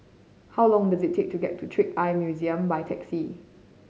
how long does it take to get to Trick Eye Museum by taxi